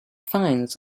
finds